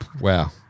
wow